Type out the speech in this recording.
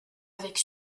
avec